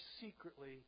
secretly